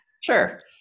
Sure